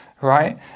right